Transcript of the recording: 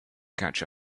catch